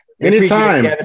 Anytime